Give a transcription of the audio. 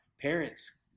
parents